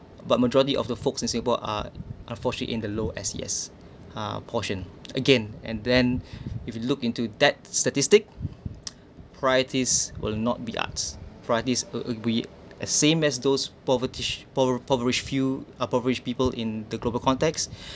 but majority of the folks in singapore are unfortunate in the low S_E_S uh portion again and then if you look into that statistic priorities will not be arts priorities uh uh we as same as those povertish pove~ povertish field uh povertish people in the global context